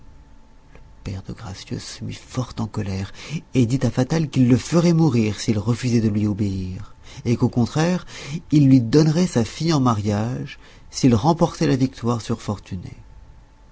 le père de gracieuse se mit fort en colère et dit à fatal qu'il le ferait mourir s'il refusait de lui obéir et qu'au contraire il lui donnerait sa fille en mariage s'il remportait la victoire sur fortuné